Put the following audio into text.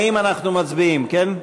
40 אנחנו מצביעים, כן?